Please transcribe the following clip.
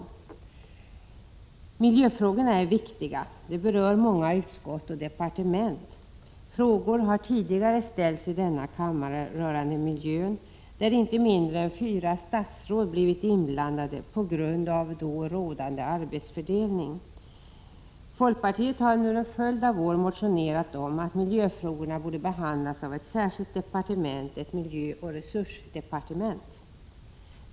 Miljöfrågorna är viktiga. De berör många utskott och departement. Frågor om miljön har tidigare ställts i denna kammare, varvid inte mindre än fyra statsråd blivit inblandade på grund av då rådande arbetsfördelning. Folkpartiet har under en följd av år motionerat om att miljöfrågorna borde behandlas av ett särskilt departement, ett miljöoch resursdepartement.